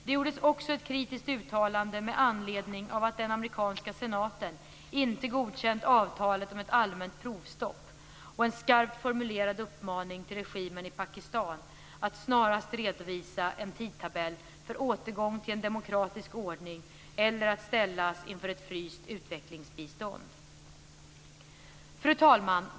Det gjordes också ett kritiskt uttalande med anledning av att den amerikanska senaten inte godkänt avtalet om ett allmänt provstopp och en skarpt formulerad uppmaning till regimen i Pakistan att snarast redovisa en tidtabell för återgång till en demokratisk ordning eller att ställas inför ett fryst utvecklingsbistånd. Fru talman!